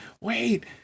wait